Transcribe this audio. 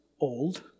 old